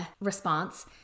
response